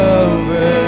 over